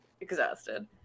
exhausted